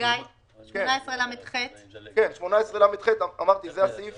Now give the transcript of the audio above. סעיף 18לח הוא הסעיף